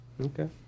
Okay